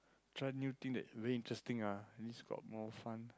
try new thing that very interesting ah at least got more fun